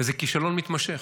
וזה כישלון מתמשך,